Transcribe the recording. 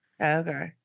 okay